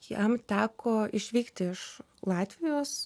jam teko išvykti iš latvijos